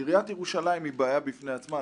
עיריית ירושלים היא בעיה בפני עצמה,